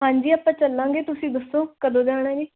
ਹਾਂਜੀ ਆਪਾਂ ਚੱਲਾਂਗੇ ਤੁਸੀਂ ਦੱਸੋ ਕਦੋਂ ਜਾਣਾ ਜੀ